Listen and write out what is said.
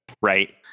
Right